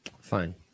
Fine